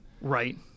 Right